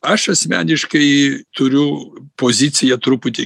aš asmeniškai turiu poziciją truputį